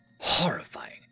horrifying